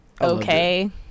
okay